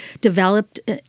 developed